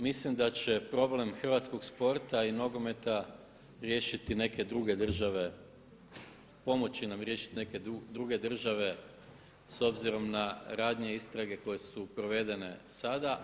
Mislim da će problem hrvatskog sporta i nogometa riješiti neke druge države, pomoći nam riješiti neke druge države s obzirom na ranije istrage koje su provedene sada.